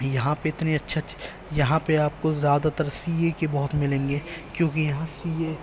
یہاں پہ اتنے اچھے اچھے یہاں پہ آپ کو زیادہ تر سی اے کے بہت ملیں گے کیونکہ یہاں سی اے